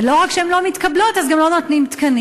ולא רק שהן לא מתקבלות, אז גם לא נותנים תקנים.